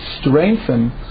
strengthen